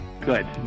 Good